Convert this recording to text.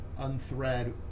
unthread